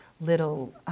little